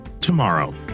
tomorrow